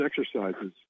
exercises